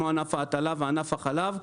כמו ענף ההטלה וענף החלב,